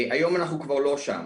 היום אנחנו כבר לא שם,